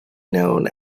known